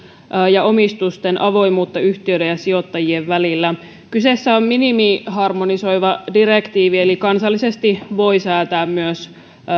ja omistusten avoimuutta yhtiöiden ja sijoittajien välillä kyseessä on minimiharmonisoiva direktiivi eli kansallisesti voi säätää myös